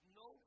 no